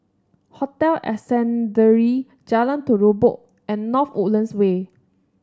Hotel Ascendere Jalan Terubok and North Woodlands Way